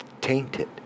Tainted